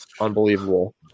Unbelievable